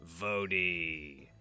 Vody